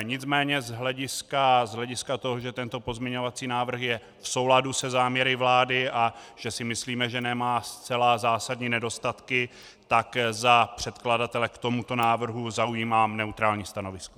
Nicméně z hlediska toho, že tento pozměňovací návrh je v souladu se záměry vlády a že si myslíme, že nemá zcela zásadní nedostatky, tak za předkladatele k tomuto návrhu zaujímám neutrální stanovisko.